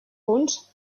punts